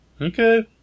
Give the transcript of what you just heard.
Okay